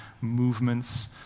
movements